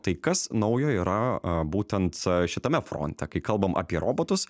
tai kas naujo yra būtent šitame fronte kai kalbam apie robotus